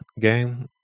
game